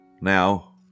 Now